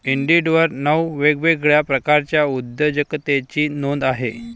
इंडिडवर नऊ वेगवेगळ्या प्रकारच्या उद्योजकतेची नोंद आहे